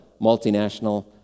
multinational